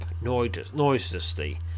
noiselessly